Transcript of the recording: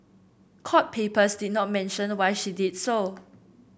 court papers did not mention why she did so